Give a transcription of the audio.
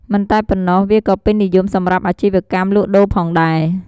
មិនតែប៉ុណ្ណោះ វាក៏ពេញនិយមសម្រាប់អាជីវកម្មលក់ដូរផងដែរ។